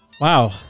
Wow